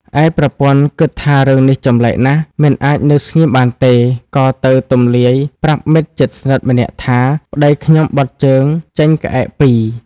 ឯប្រពន្ធគិតថារឿងនេះចម្លែកណាស់ មិនអាចនៅស្ងៀមបាន ក៏ទៅទម្លាយប្រាប់មិត្តជិតស្និទ្ធម្នាក់ថា៖ "ប្ដីខ្ញុំបត់ជើងចេញក្អែកពីរ"។